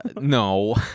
No